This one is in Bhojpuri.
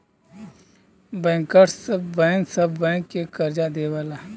बैंकर्स बैंक सब बैंक के करजा देवला